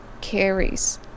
carries